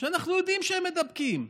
שאנחנו יודעים שהם מידבקים,